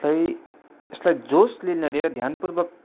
यसलाई यसलाई जोसले नलिएर ध्यानपूर्वक